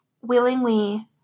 willingly